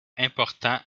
important